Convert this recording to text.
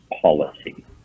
policy